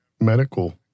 medical